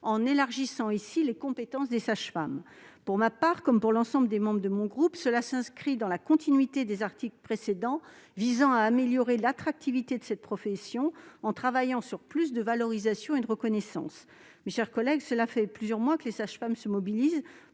en élargissant les compétences des sages-femmes. Pour moi, comme pour l'ensemble des membres de mon groupe, cet amendement tend à s'inscrire dans la continuité des articles précédents visant à améliorer l'attractivité de cette profession, en travaillant sur la valorisation et la reconnaissance du métier. Mes chers collègues, cela fait plusieurs mois que les sages-femmes se mobilisent